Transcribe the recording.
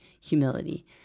humility